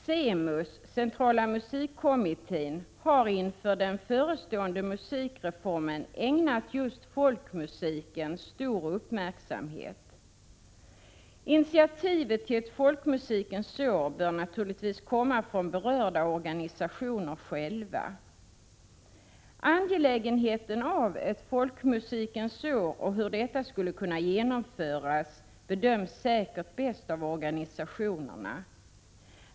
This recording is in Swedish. Cemus, Centrala musikkommittén, har inför den förestående musikreformen ägnat just folkmusiken stor uppmärksamhet. Initiativet till ett folkmusikens år bör naturligtvis komma från berörda organisationer själva. Angelägenheten av ett folkmusikens år och hur detta skulle kunna genomföras bedöms säkert bäst av organisationerna.